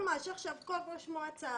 ממש עכשיו כל ראש מועצה,